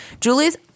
Julie's